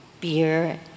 beer